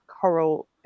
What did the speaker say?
coral